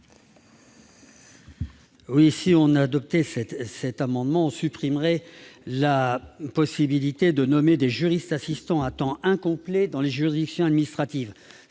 cet amendement était adopté, l'on supprimerait la possibilité de nommer des juristes assistants à temps incomplet dans les juridictions administratives.